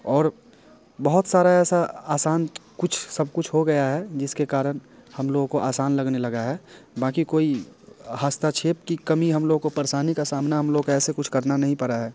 और बहुत सारा ऐसा आसान कुछ सब कुछ हो गया है जिसके कारण हम लोगों को आसान लगने लगा है बाक़ी कोई हस्तक्षेप की कमी हम लोगों को परेशानी का सामना हम लोग को ऐसे कुछ करना नहीं पड़ा है